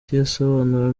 gisobanuro